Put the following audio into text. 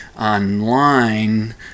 online